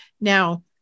Now